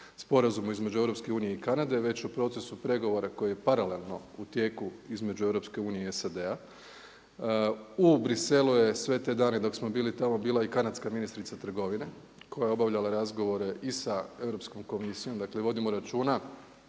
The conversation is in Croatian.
sporazumu između Europske unije i Kanade već u procesu pregovora koji je paralelno u tijeku između Europske unije i SAD-a. U Briselu je sve te dane dok smo bili tamo bila i kanadska ministrica trgovine koja je obavljala razgovore i sa Europskom komisijom dakle vodimo računa.